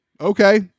Okay